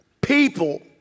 People